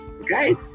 Okay